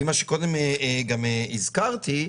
ממה שקראתי,